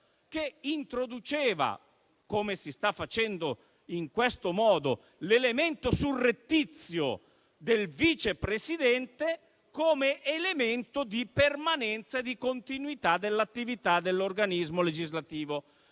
che introduceva, come si sta facendo in questo caso, l'elemento surrettizio del Vice Presidente come elemento di permanenza e di continuità dell'attività dell'organismo legislativo.